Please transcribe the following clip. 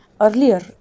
earlier